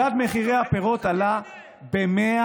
מדד מחירי הפירות עלה ב-102%.